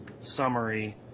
Summary